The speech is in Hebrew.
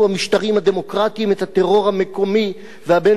הדמוקרטיים את הטרור המקומי והבין-לאומי",